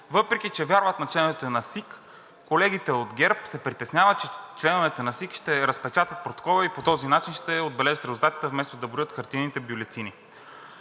въпреки че вярват на членовете на СИК, колегите от ГЕРБ се притесняват, че членовете на СИК ще разпечатат протокола и по този начин ще отбележат резултатите, вместо да броят хартиените бюлетини.